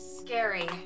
scary